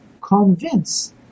convince